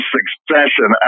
Succession